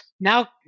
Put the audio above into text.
now